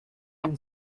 been